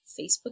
facebook